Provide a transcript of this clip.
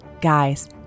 Guys